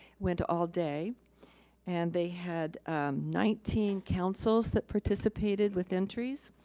went all day and they had nineteen councils that participated with entries.